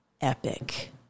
epic